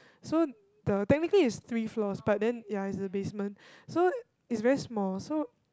so the technically is three floors but then ya is the basement so is very small so